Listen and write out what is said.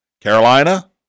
Carolina